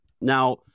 Now